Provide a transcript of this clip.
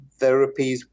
therapies